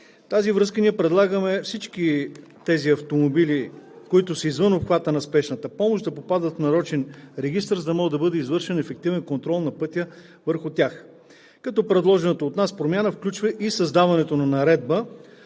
тази връзка, ние предлагаме всички тези автомобили, които са извън обхвата на спешната помощ, да попадат в нарочен регистър, за да може върху тях да бъде извършван ефективен контрол на пътя. Предложената от нас промяна включва и създаването на наредба